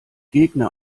gegner